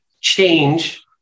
change